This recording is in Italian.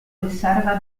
riserva